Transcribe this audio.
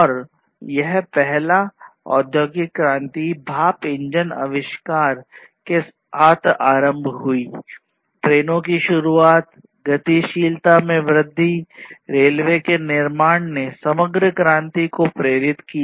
और यह पहला औद्योगिक क्रांति भाप इंजन आविष्कार के साथ आरंभ हुई ट्रेनों की शुरूआत गतिशीलता में वृद्धि रेलवे के निर्माण ने समग्र क्रांति को प्रेरित किया